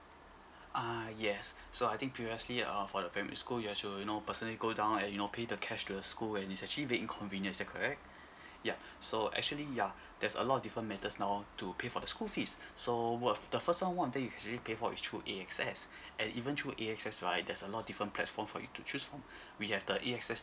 ah yes so I think previously uh for the primary school you have to you know personally go down and you know pay the cash to the school and is actually very inconvenient is that correct yeah so actually yeah that's a lot different methods now to pay for the school fees so worth the first one one thing you can actually pay for is through A_X_S and even through A_X_S right there's a lot different platform for you to choose from we have the A_X_S